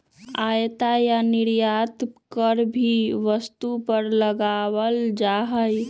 आयात या निर्यात कर भी वस्तु पर लगावल जा हई